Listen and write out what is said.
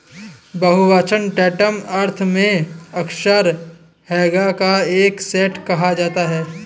बहुवचन टैंटम अर्थ में अक्सर हैगा का एक सेट कहा जाता है